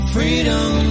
Freedom